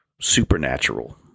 supernatural